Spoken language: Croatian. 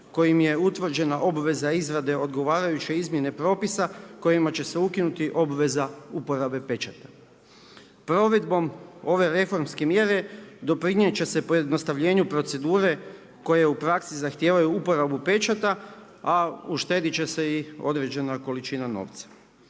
kojim je utvrđena obveza izrade odgovarajuće izmjene primjene propisa, kojima će se ukinuti obveza uporabe pečata. Provedbom ove reformske mjere doprinijet će se pojednostavljenju procedure koje u praksi zahtijevaju uporabu pečata, a u štedit će se i određena količina novca.